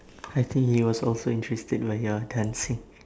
I think he was also interested while you are dancing